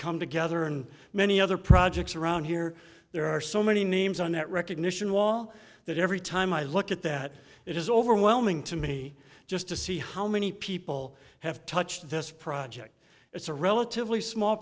come together on many other projects around here there are so many names on that recognition wall that every time i look at that it is overwhelming to me just to see how many people have touched this project it's a relatively small